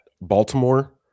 Baltimore